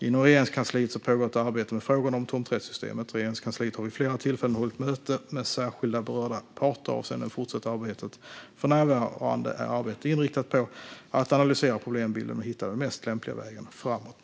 Inom Regeringskansliet pågår ett arbete med frågorna om tomträttssystemet. Regeringskansliet har vid flera tillfällen hållit möten med särskilt berörda parter avseende det fortsatta arbetet. För närvarande är arbetet inriktat på att analysera problembilden och hitta den mest lämpliga vägen framåt.